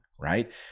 right